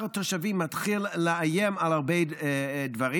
התושבים מתחיל לאיים על הרבה דברים,